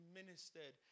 ministered